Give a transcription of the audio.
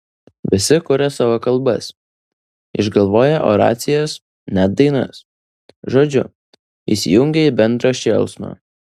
visi kuria savo kalbas išgalvoję oracijas net dainas žodžiu įsijungia į bendrą šėlsmą